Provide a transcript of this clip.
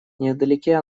невдалеке